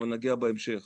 אבל נגיע בהמשך.